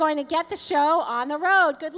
going to get the show on the road